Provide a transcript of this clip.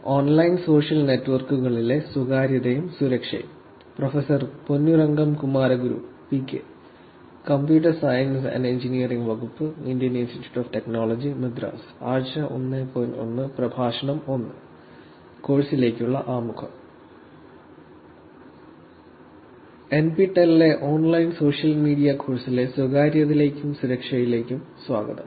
NPTEL ലെ online social media കോഴ്സിലെ സ്വകാര്യതയിലേക്കും സുരക്ഷയിലേക്കും സ്വാഗതം